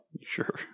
Sure